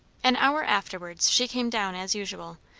an hour afterwards she came down as usual,